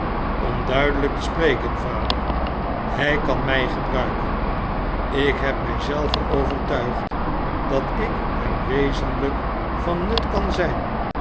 om duidelijk te spreken vader hij kan mij gebruiken ik heb mij zelven wertuigd dat ik hem wezenlijk van nut kan zijn